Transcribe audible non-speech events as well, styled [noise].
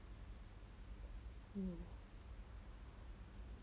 [breath]